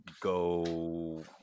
go